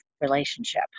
relationship